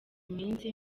iminsi